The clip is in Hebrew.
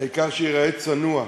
העיקר שייראה צנוע.